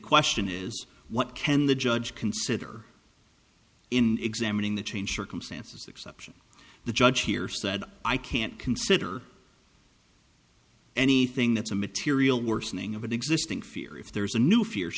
question is what can the judge consider in examining the changed circumstances exception the judge here said i can't consider anything that's a material worsening of an existing fear if there's a new fear